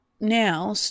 now